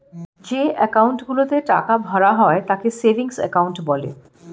যে অ্যাকাউন্ট গুলোতে টাকা ভরা হয় তাকে সেভিংস অ্যাকাউন্ট বলে